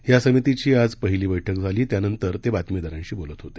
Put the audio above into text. या समितीची आज पहिली बैठक झाली त्यानंतर ते बातमीदारांशी बोलत होते